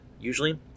usually